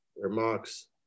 remarks